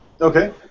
Okay